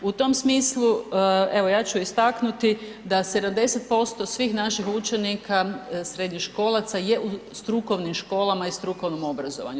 U tom smislu evo ja ću istaknuti da 70% svih naših učenika srednjoškolaca je u strukovnim školama i strukovnom obrazovanju.